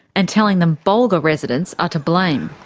and telling them bulga residents are to blame.